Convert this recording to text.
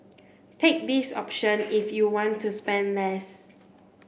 take this option if you want to spend less